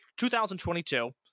2022